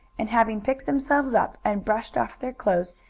and, having picked themselves up, and brushed off their clothes,